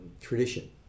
tradition